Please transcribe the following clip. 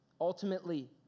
Ultimately